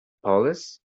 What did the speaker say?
police